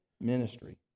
ministry